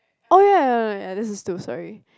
oh ya this is two sorry